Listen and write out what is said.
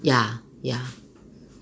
ya ya